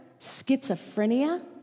schizophrenia